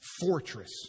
fortress